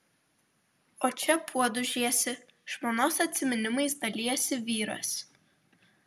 o čia puodus žiesi žmonos atsiminimais dalijasi vyras